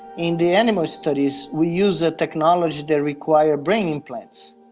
in the animal studies we use the technology that requires brain implants.